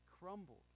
crumbled